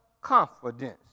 confidence